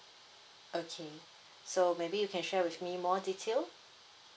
okay so maybe you can share with me more detail